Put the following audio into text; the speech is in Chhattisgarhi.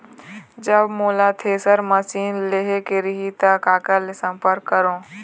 जब मोला थ्रेसर मशीन लेहेक रही ता काकर ले संपर्क करों?